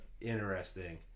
interesting